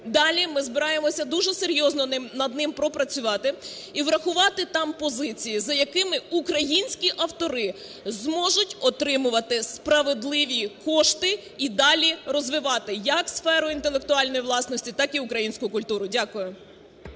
Далі ми збираємося дуже серйозно над ним пропрацювати і врахувати там позиції, за якими українські автори зможуть отримувати справедливі кошти і далі розвивати, як сферу інтелектуальної власності так і українську культуру. Дякую.